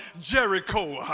Jericho